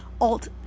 alt